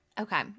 Okay